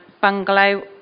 bungalow